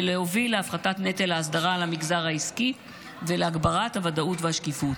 ולהוביל להפחתת נטל ההסדרה על המגזר העסקי ולהגברת הוודאות והשקיפות.